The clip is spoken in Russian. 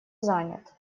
занят